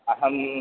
अहं